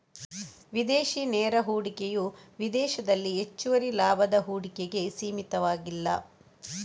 ವಿದೇಶಿ ನೇರ ಹೂಡಿಕೆಯು ವಿದೇಶದಲ್ಲಿ ಹೆಚ್ಚುವರಿ ಲಾಭದ ಹೂಡಿಕೆಗೆ ಸೀಮಿತವಾಗಿಲ್ಲ